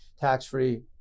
tax-free